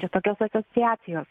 čia tokios asociacijos